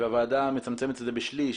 והוועדה מצמצמת בשליש,